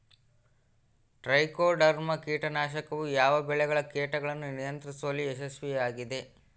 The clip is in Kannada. ಟ್ರೈಕೋಡರ್ಮಾ ಕೇಟನಾಶಕವು ಯಾವ ಬೆಳೆಗಳ ಕೇಟಗಳನ್ನು ನಿಯಂತ್ರಿಸುವಲ್ಲಿ ಯಶಸ್ವಿಯಾಗಿದೆ?